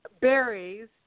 berries